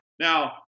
Now